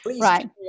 right